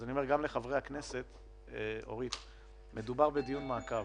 אני אומר גם לחברי הכנסת שמדובר בדיון מעקב,